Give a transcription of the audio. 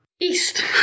East